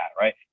right